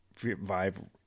vibe